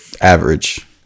average